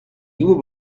nieuwe